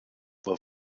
war